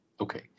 Okay